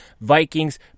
Vikings